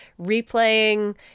replaying